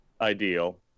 ideal